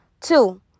Two